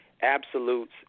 absolutes